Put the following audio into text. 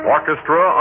Orchestra